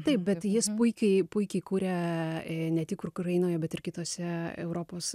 taip bet jis puikiai puikiai kuria ne tik ukrainoje bet ir kitose europos